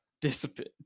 discipline